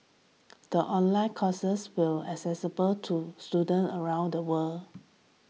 the online courses will accessible to students around the world